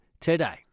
today